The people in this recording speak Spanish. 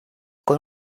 con